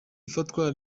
ifatwa